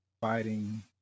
fighting